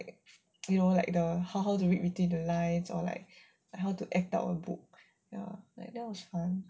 you know like the how to read between the words the lines or like how to act out a word like that was fun